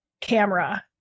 camera